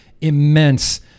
immense